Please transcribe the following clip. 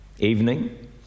evening